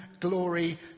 glory